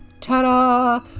ta-da